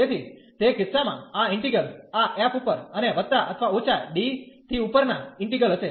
તેથી તે કિસ્સામાં આ ઇન્ટિગ્રલ આ f ઉપર અને વત્તા અથવા ઓછા D થી ઉપર ના ઇન્ટિગ્રલ હશે